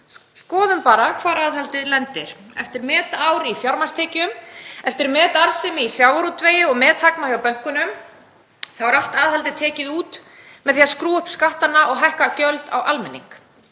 Skoðum bara hvar aðhaldið lendir. Eftir metár í fjármagnstekjum, eftir metarðsemi í sjávarútvegi og methagnað hjá bönkunum, er allt aðhaldið tekið út með því að skrúfa upp skatta og hækka gjöld á almenning;